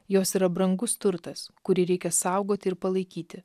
jos yra brangus turtas kurį reikia saugot ir palaikyti